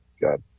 Got